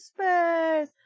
Space*